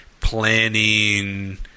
planning